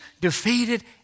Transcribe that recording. defeated